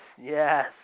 Yes